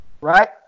right